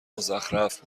مزخرف